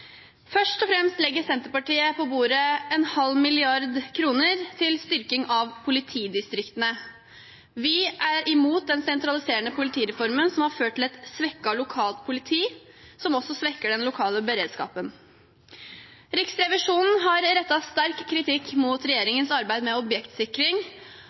Først og fremst legger Senterpartiet på bordet en halv milliard kroner til styrking av politidistriktene. Vi er imot den sentraliserende politireformen, som har ført til et svekket lokalt politi, noe som også svekker den lokale beredskapen. Riksrevisjonen har rettet sterk kritikk mot